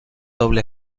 doble